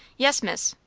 yes, miss.